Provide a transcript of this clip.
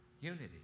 unity